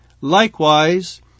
likewise